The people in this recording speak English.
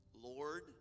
Lord